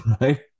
Right